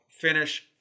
finish